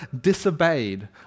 disobeyed